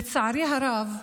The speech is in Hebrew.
לצערי הרב,